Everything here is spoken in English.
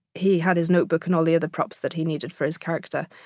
he had his notebook and all the other prompts that he needed for his character,